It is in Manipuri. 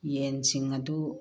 ꯌꯦꯟꯁꯤꯡ ꯑꯗꯨ